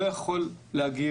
לא יכול להגיב,